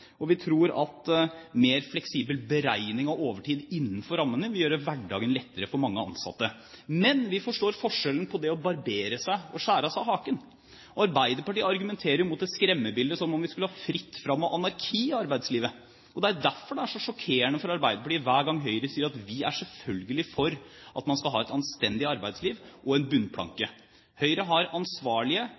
og vi tror at en mer fleksibel beregning av overtid innenfor rammene vil gjøre hverdagen lettere for mange ansatte. Men vi forstår forskjellen på det å barbere seg og skjære av seg haken. Arbeiderpartiet argumenterer mot et skremmebilde som om det skulle vært fritt fram og anarki i arbeidslivet. Det er derfor det er så sjokkerende for Arbeiderpartiet hver gang Høyre sier at vi selvfølgelig er for at man skal ha et anstendig arbeidsliv og en bunnplanke. Høyre har ansvarlige,